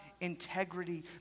integrity